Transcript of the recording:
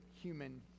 human